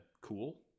cool